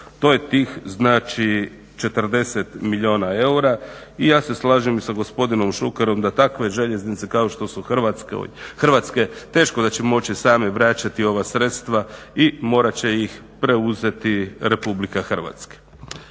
To je tih znači 40 milijuna eura i ja se slažem i sa gospodinom Šukerom da takve željeznice kao što su Hrvatske teško da će moći same vračati ova sredstva i morat će ih preuzeti RH.